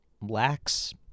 lacks